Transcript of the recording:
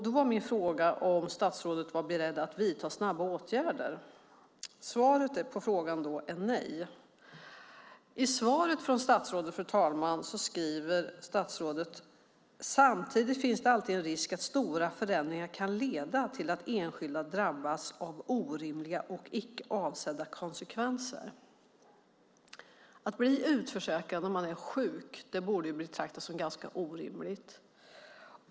Då var min fråga om statsrådet var beredd att vidta snabba åtgärder. Svaret på frågan är nej. I svaret, fru talman, skriver statsrådet: "Samtidigt finns det alltid en risk att stora förändringar kan leda till att enskilda drabbas av orimliga och icke avsedda konsekvenser." Att bli utförsäkrad när man är sjuk borde betraktas som ganska orimligt.